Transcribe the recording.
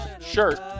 shirt